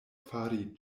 fari